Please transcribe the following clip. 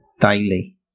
daily